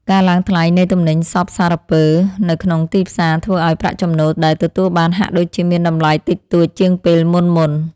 ការឡើងថ្លៃនៃទំនិញសព្វសារពើនៅក្នុងទីផ្សារធ្វើឱ្យប្រាក់ចំណូលដែលទទួលបានហាក់ដូចជាមានតម្លៃតិចតួចជាងពេលមុនៗ។